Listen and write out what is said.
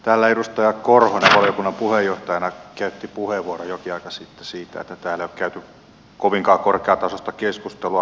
täällä edustaja korhonen valiokunnan puheenjohtajana käytti puheenvuoron jokin aika sitten siitä että täällä ei ole käyty kovinkaan korkeatasosta keskustelua